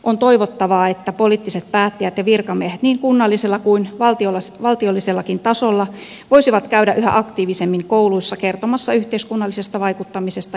on toivottavaa että poliittiset päättäjät ja virkamiehet niin kunnallisella kuin valtiollisellakin tasolla voisivat käydä yhä aktiivisemmin kouluissa kertomassa yhteiskunnallisesta vaikuttamisesta ja osallistumisesta